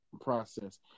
process